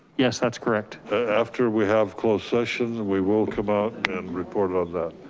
yes, that's correct. after we have closed sessions, and we will come out and report on that.